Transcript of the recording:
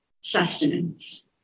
sustenance